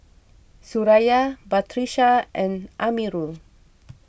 Suraya Batrisya and Amirul